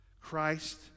Christ